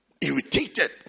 irritated